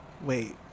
Wait